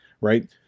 right